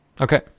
Okay